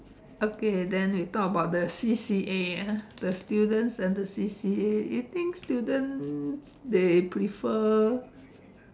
okay then we talk about the C_C_A ah the students and the C_C_A you think students they prefer